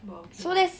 well okay lah